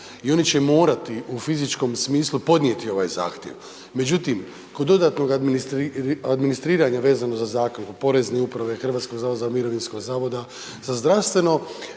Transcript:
i oni će morati u fizičkom smislu podnijeti ovaj zahtjev, međutim kod dodatno administriranja vezano za zakon, Porezne uprave, HZMO-a, HZZO-a postoji li mogućnost, a znam